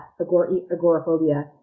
agoraphobia